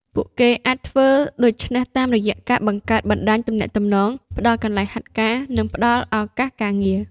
ពួកគេអាចធ្វើដូច្នេះតាមរយៈការ បង្កើតបណ្តាញទំនាក់ទំនង ផ្តល់កន្លែងហាត់ការ និងការផ្តល់ឱកាសការងារ។